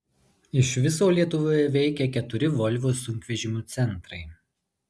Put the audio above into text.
iš viso lietuvoje veikia keturi volvo sunkvežimių centrai